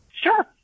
Sure